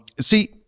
see